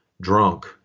drunk